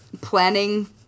planning